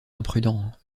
imprudent